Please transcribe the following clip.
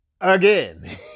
again